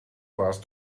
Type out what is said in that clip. warst